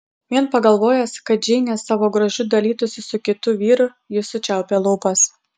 vien pagalvojęs kad džeinė savo grožiu dalytųsi su kitu vyru jis sučiaupė lūpas